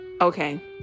okay